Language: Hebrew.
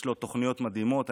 יש לו תוכניות מדהימות.